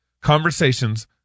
conversations